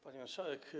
Pani Marszałek!